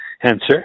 answer